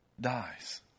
dies